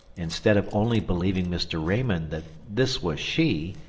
instead of only believing mr. raymond that this was she,